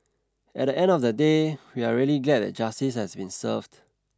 at the end of the day we are really glad that justice has been served